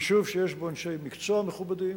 יישוב שיש בו אנשי מקצוע מכובדים,